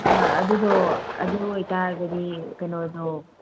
ꯑꯥ ꯑꯗꯨꯗꯣ ꯑꯗꯨ ꯑꯣꯏꯇꯥꯔꯒꯗꯤ ꯀꯩꯅꯣꯗꯣ